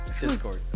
discord